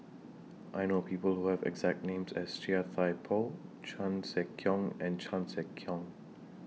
I know People Who Have The exact name as Chia Thye Poh Chan Sek Keong and Chan Sek Keong